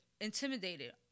intimidated